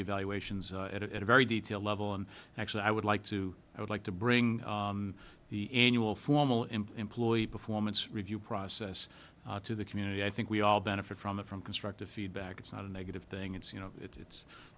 evaluations at a very detailed level and actually i would like to i would like to bring the annual formal employee performance review process to the community i think we all benefit from that from constructive feedback it's not a negative thing it's you know it's it's